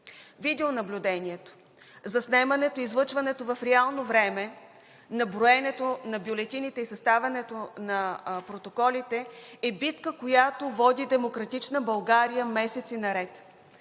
Видеонаблюдението. Заснемането и излъчването в реално време на броенето на бюлетините и съставянето на протоколите е битка, която „Демократична България“ води месеци наред.